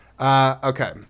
Okay